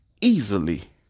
easily